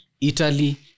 Italy